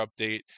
update